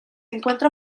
encuentra